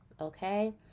okay